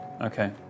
Okay